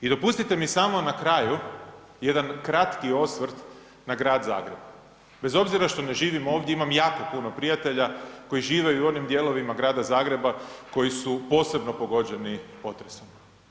I dopustite mi samo na kraju jedan kratki osvrt na Grad Zagreb, bez obzira što ne živim ovdje imam jako puno prijatelja koji žive i u onim dijelovima Grada Zagreba koji su posebno pogođeni potresom.